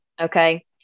Okay